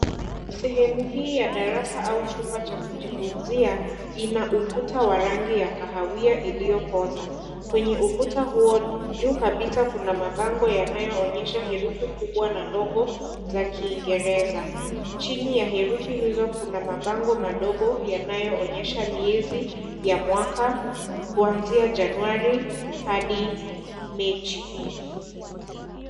Sehemu hii ya darasa au jumba cha kujifunzia ina ukuta wa rangi ya kahawia iliyokooza kwenye ukuta huo juu kabisa kuna mabango yanayoonyesha herufi kubwa na ndogo za kiingereza. Chini ya herufi hizo kuna mabango madogo yanayoonyesha miezi ya mwaka kuanzia Januari hadi Mei.